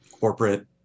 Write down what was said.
corporate